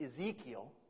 Ezekiel